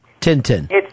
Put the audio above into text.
Tintin